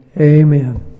amen